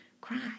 cry